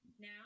Now